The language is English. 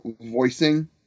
voicing